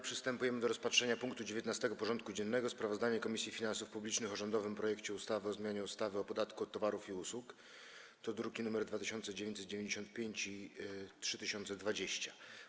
Przystępujemy do rozpatrzenia punktu 19. porządku dziennego: Sprawozdanie Komisji Finansów Publicznych o rządowym projekcie ustawy o zmianie ustawy o podatku od towarów i usług (druki nr 2995 i 3020)